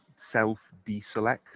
self-deselect